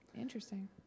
interesting